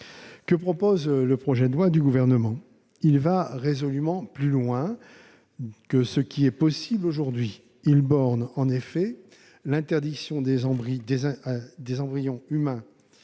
Que propose le projet de loi du Gouvernement ? Il va résolument plus loin que ce qui est possible aujourd'hui. Il borne en effet l'interdiction des embryons chimériques